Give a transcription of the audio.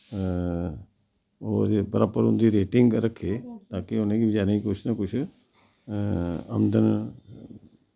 और प्रापर उंदी रेटिंग दा रक्खे ताकि उनेगी बचारें कुश न कुश आमदन